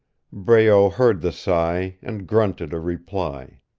breault heard the sigh, and grunted a reply,